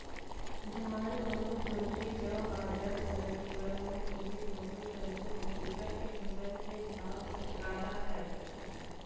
धान, गहूँ, जोंधरी, जौ, बाजरा, चना, तिंवरा, मूंग, उरिद, मसूर, सरसो अउ बिकट के फसल के भाव ल सरकार ह तय करथे